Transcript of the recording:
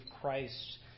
Christ